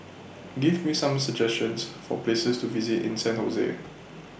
Give Me Some suggestions For Places to visit in San Jose